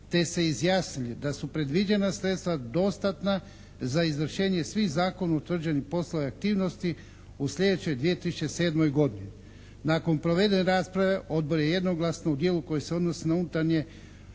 te se izjasnile da su predviđena sredstva dostatna za izvršenje svih zakonom utvrđeni poslovi i aktivnosti u sljedećoj 2007. godini. Nakon provedene rasprave odbor je jednoglasno u dijelu koji se odnosi na unutarnje